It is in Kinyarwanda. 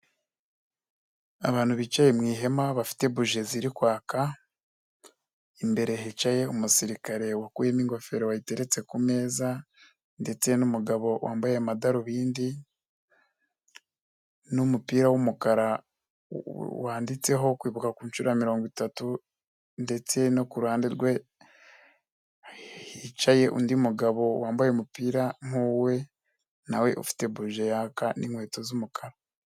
Abantu bicaye mu ihema bafite buji ziri kwaka, imbere hicaye umusirikare wakuyemo ingofero wayiteretse kumeza ndetse n'umugabo wambaye amadarubindi n'umupira w'umukara wanditseho kwibuka kunshuro ya mirongo itatu ndetse no kuruhande rwe hicaye undi mugabo wambaye umupira nkuwe nawe ufite buji yaka n'inkweto z'umukara.